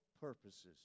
purposes